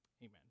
Amen